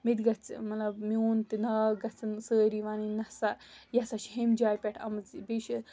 مےٚ تہِ گژھِ مطلب میٛون تہِ ناو گژھَن سٲری وَنٕنۍ نَسا یہِ ہَسا چھِ ہُمہِ جایہِ پؠٹھ آمٕژ بیٚیہِ چھِ